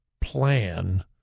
plan